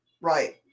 Right